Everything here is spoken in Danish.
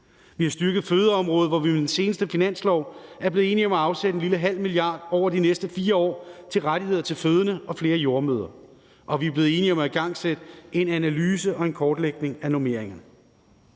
Vi har styrket fødeområdet, hvor vi ved den seneste finanslov er blevet enige om at afsætte en lille halv milliard kroner over de næste 4 år til rettigheder til fødende og til flere jordemødre. Og vi er blevet enige om at igangsætte en analyse og kortlægning af normeringen.